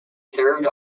served